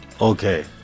Okay